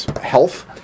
health